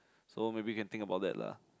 so maybe can think about that lah